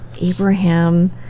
Abraham